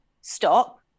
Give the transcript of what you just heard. stop